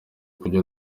kubyo